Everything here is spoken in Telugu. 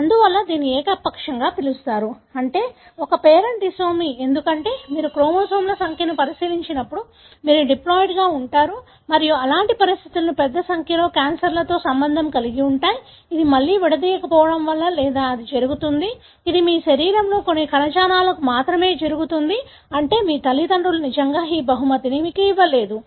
అందువల్ల దీనిని ఏకపక్షంగా పిలుస్తారు అంటే ఒక పేరెంట్ డిసోమీ ఎందుకంటే మీరు క్రోమోజోమ్ల సంఖ్యను పరిశీలించినప్పుడు మీరు డిప్లాయిడ్గా ఉంటారు మరియు అలాంటి పరిస్థితులు పెద్ద సంఖ్యలో క్యాన్సర్లతో సంబంధం కలిగి ఉంటాయి ఇది మళ్ళీ విడదీయకపోవడం వల్ల లేదా అది జరుగుతుంది ఇది మీ శరీరంలోని కొన్ని కణజాలాలలో మాత్రమే జరుగుతుంది అంటే మీ తల్లిదండ్రులు నిజంగా ఈ బహుమతిని మీకు ఇవ్వలేదు